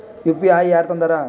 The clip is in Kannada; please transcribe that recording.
ಯು.ಪಿ.ಐ ಯಾರ್ ತಂದಾರ?